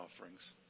offerings